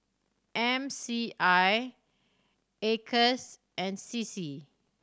M C I Acres and C C